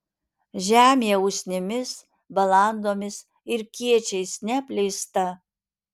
žemė usnimis balandomis ir kiečiais neapleista